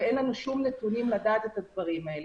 ואין לנו שום נתונים לדעת את הדברים האלה.